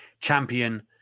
champion